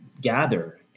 gather